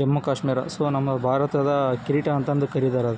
Jammu Kashmir so ನಮ್ಮ ಭಾರತದ ಕಿರೀಟ ಅಂತಂದು ಕರಿತಾರೆ